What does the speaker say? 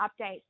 update